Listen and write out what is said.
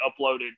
uploaded